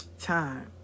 time